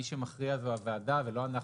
מי שמכריע זו הוועדה ולא אנחנו.